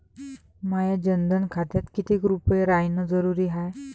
माह्या जनधन खात्यात कितीक रूपे रायने जरुरी हाय?